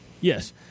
Yes